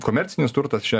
komercinis turtas čia